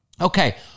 Okay